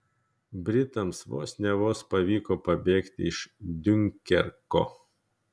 britams vos ne vos pavyko pabėgti iš diunkerko